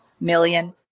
million